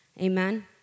Amen